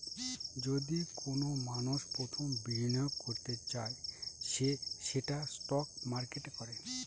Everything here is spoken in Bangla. যদি কোনো মানষ প্রথম বিনিয়োগ করতে চায় সে সেটা স্টক মার্কেটে করে